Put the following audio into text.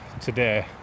today